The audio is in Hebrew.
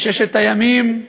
על ששת הימים,